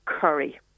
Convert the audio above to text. curry